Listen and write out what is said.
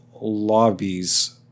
lobbies